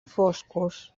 foscos